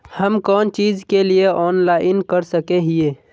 हम कोन चीज के लिए ऑनलाइन कर सके हिये?